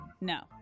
No